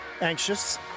anxious